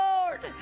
Lord